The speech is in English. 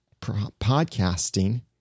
podcasting